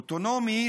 אוטונומי,